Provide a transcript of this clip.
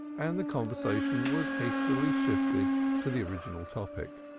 and the conversation was hastily shifted to the original topic.